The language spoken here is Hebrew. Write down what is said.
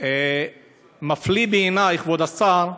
מפליא בעיני, כבוד השר,